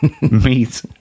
Meat